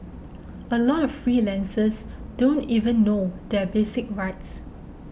a lot of freelancers don't even know their basic rights